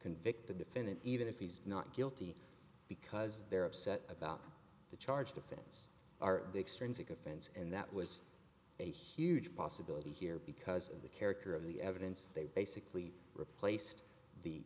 convict the defendant even if he's not guilty because they're upset about the charge defense are extrinsic offense and that was a huge possibility here because the character of the evidence they basically replaced the